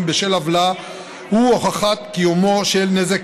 בשל עוולה הוא הוכחת קיומו של נזק,